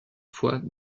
fois